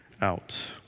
out